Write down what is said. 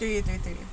对对对